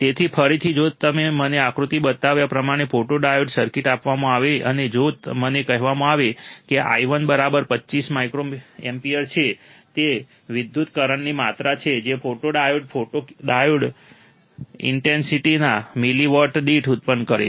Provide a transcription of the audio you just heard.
તેથી ફરીથી જો મને આકૃતિમાં બતાવ્યા પ્રમાણે ફોટોડાયોડ સર્કિટ આપવામાં આવે અને જો મને કહેવામાં આવે કે i1 બરાબર 25 માઇક્રોએમ્પીયર છે તો તે વિદ્યુતકરંટની માત્રા છે જે ફોટોડાયોડ ફોટોડાયોડ ઇન્સીડેંટના મિલિવોટ દીઠ ઉત્પન્ન કરે છે